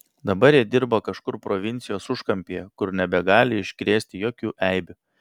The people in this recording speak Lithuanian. dabar jie dirba kažkur provincijos užkampyje kur nebegali iškrėsti jokių eibių